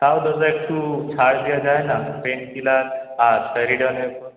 তাও দাদা একটু ছাড় দেওয়া যায় না পেন কিলার আর স্যারিডনে